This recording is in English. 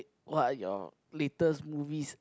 what are your latest movies